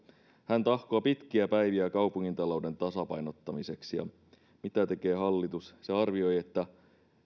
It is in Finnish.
hän tahkoaa pitkiä päiviä kaupungin talouden tasapainottamiseksi mutta mitä tekee hallitus se arvioi että